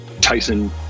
tyson